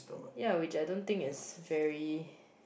ya which I don't think is very